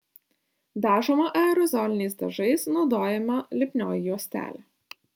dažoma aerozoliniais dažais naudojama lipnioji juostelė